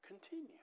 continue